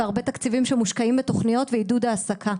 יש הרבה תקציבים שמושקעים בתכניות ועידוד תעסוקה.